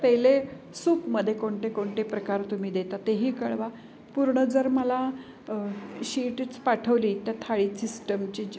पेले सूपमध्ये कोणते कोणते प्रकार तुम्ही देता तेही कळवा पूर्ण जर मला शीटच पाठवली त्या थाळी सिस्टमची